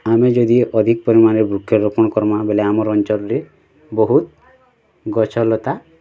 ଆମେ ଯଦି ଅଧିକ ପରିମାଣରେ ବୃକ୍ଷ ରୋପଣ କର୍ମାଁ ବୋଲେ ଆମର ଅଞ୍ଚଲରେ ବହୁତ୍ ଗଛଲତା